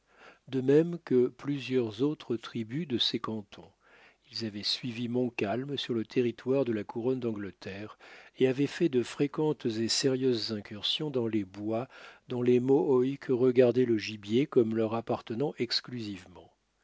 de même que plusieurs autres tribus de ces cantons ils avaient suivi montcalm sur le territoire de la couronne d'angleterre et avaient fait de fréquentes et sérieuses incursions dans les bois dont les mohawks regardaient le gibier comme leur appartenant exclusivement